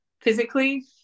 physically